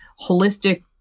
holistic